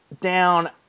down